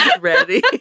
Ready